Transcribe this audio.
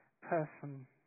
person